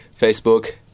Facebook